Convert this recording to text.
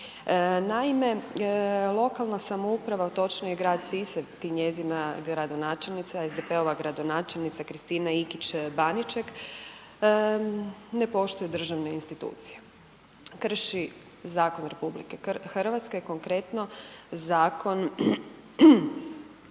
Naime, lokalna samouprava, točnije grad Sisak i njegova gradonačelnica, SDP-ova gradonačelnica Kristina Ikić Baniček ne poštuje državne institucije, krši zakon RH, konkretno Zakon